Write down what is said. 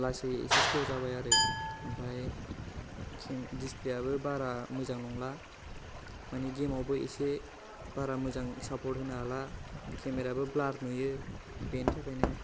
लासै एसे स्ल' जाबाय आरो ओमफ्राय डिसप्लेआबो बारा मोजां नंला माने गेमावबो एसे बारा मोजां सापर्ट होनो हाला केमेरायाबो ब्लार नुयो बेनि थाखायनो